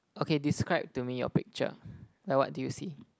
okay describe to me your picture like what do you see